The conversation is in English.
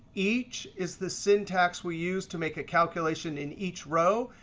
each is the syntax we use to make a calculation in each row.